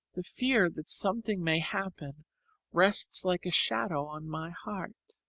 the fear that something may happen rests like a shadow on my heart.